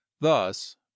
thus